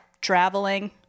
traveling